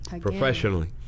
professionally